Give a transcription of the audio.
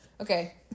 Okay